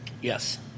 Yes